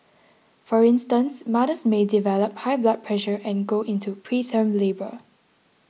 for instance mothers may develop high blood pressure and go into preterm labour